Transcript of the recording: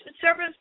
service